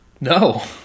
No